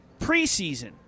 preseason